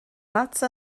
leatsa